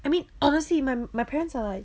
I mean honestly my my parents are like